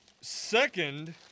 Second